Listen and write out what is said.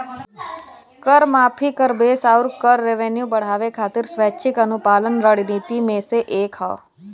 कर माफी, कर बेस आउर कर रेवेन्यू बढ़ावे खातिर स्वैच्छिक अनुपालन रणनीति में से एक हौ